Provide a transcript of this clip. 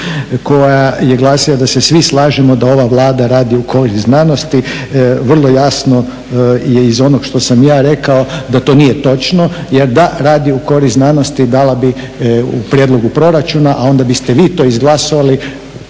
koja je glasila da se svi slažemo da ova Vlada radi u korist znanosti, vrlo jasno je iz onog što sam ja rekao da to nije točno jer da radi u korist znanosti dala bi u prijedlogu proračuna, a onda biste vi to izglasovali